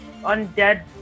undead